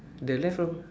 the left from